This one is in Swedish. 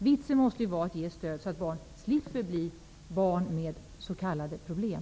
Vitsen måste vara att ge stöd, så att barn slipper bli barn med s.k. problem.